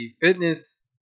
fitness